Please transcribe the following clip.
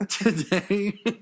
today